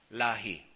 lahi